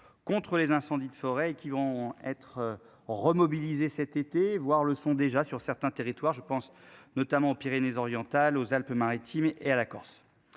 contre les incendies de forêt qui vont être remobilisée cet été voir le sont déjà sur certains territoires. Je pense notamment aux Pyrénées-Orientales aux Alpes-Maritimes et à la Corse.